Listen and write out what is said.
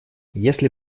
если